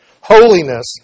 ...holiness